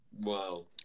Wow